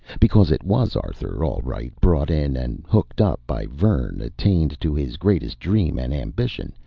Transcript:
because it was arthur, all right, brought in and hooked up by vern, attained to his greatest dream and ambition.